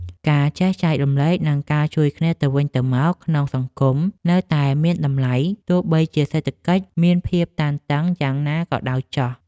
ការចេះចែករំលែកនិងការជួយគ្នាទៅវិញទៅមកក្នុងសង្គមនៅតែមានតម្លៃទោះបីជាសេដ្ឋកិច្ចមានភាពតានតឹងយ៉ាងណាក៏ដោយចុះ។